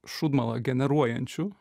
šūdmalą generuojančių